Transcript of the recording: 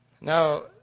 Now